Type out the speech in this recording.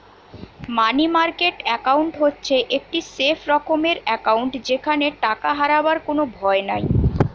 মানি market account হচ্ছে একটি safe রকমের একাউন্ট যেখানে টাকা হারাবার কোনো ভয় নাই